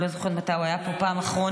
אני לא זוכרת מתי הוא היה פה בפעם האחרונה.